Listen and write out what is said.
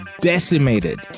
decimated